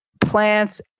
plants